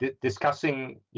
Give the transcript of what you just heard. discussing